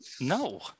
No